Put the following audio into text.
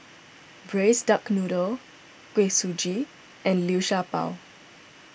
Braised Duck Noodle Kuih Suji and Liu Sha Bao